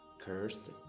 cursed